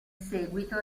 seguito